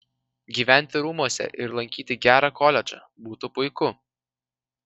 gyventi rūmuose ir lankyti gerą koledžą būtų puiku